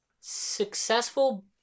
successful